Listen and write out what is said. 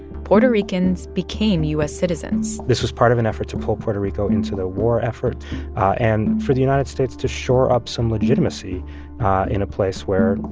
puerto ricans became u s. citizens this was part of an effort to pull puerto rico into the war effort and for the united states to shore up some legitimacy in a place where,